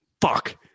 fuck